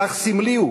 אך סמלי הוא